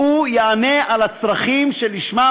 הוא יענה על הצרכים שלשמם,